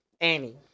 Annie